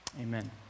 Amen